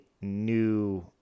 new